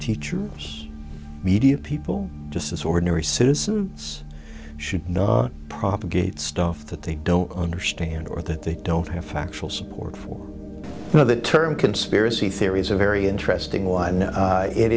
teachers media people just ordinary citizens should know propagate stuff that they don't understand or that they don't have factual support for you know the term conspiracy theory is a very interesting one